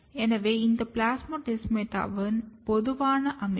எனவே இது பிளாஸ்மோடெஸ்மாடாவின் பொதுவான அமைப்பு